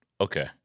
okay